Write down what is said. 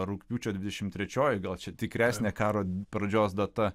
rugpjūčio dvidešimt trečioji gal čia tikresnė karo pradžios data